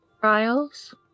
Trials